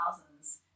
thousands